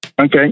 okay